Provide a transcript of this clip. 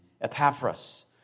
Epaphras